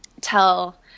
tell